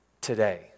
today